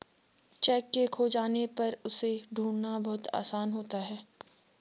cheque के खो जाने पर उसे ढूंढ़ना बहुत आसान होता है